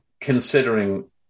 considering